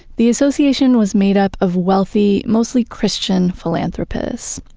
the association was made up of wealthy, mostly christian philanthropists,